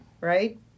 right